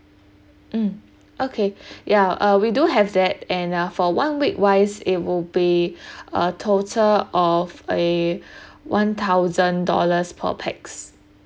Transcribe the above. mm okay ya uh we do have that and uh for one week wise it will be a total of a one thousand dollars per pax